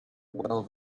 well